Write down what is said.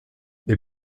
est